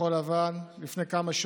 כי אתה אמרת,